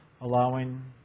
allowing